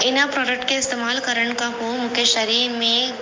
इन प्रोडक्ट खे इस्तेमालु करण खां पोइ मूंखे शरीर में